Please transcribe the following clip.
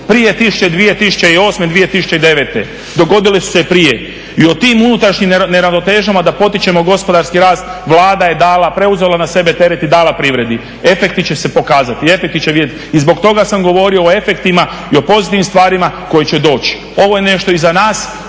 prije 2008., 2009., dogodile su se prije i o tim unutrašnjim neravnotežama da potičemo gospodarski rast Vlada je dala, preuzela na sebe teret i dala privredi. Efekti će se pokazati. Efekti će se vidjeti. I zbog toga sam govorio o efektima i o pozitivnim stvarima koje će doći. Ovo je nešto i za nas,